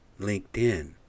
LinkedIn